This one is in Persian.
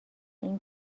این